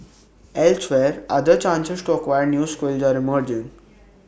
elsewhere other chances to acquire new skills are emerging